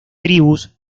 tribus